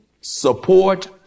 support